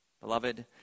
beloved